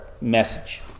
message